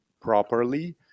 properly